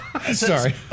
Sorry